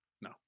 No